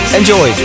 enjoy